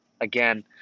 again